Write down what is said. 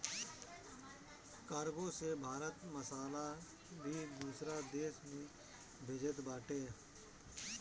cargo से भारत मसाला भी दूसरा देस में भेजत बाटे